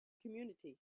community